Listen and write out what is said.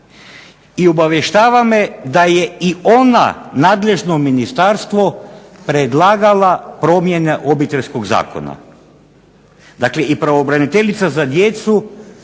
i obavještava me da je i ona nadležnom ministarstvu predlagala promjene Obiteljskog zakona. Dakle, i pravobraniteljica za djecu